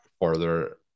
further